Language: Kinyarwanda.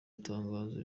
itangazo